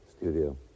studio